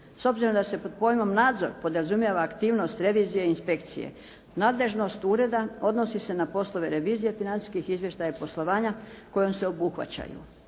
S obzirom da se pod pojmom nadzor podrazumijeva aktivnost revizije i inspekcije nadležnost ureda odnosi se na poslove revizije financijskih izvještaja i poslovanja kojom se obuhvaćaju